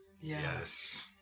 Yes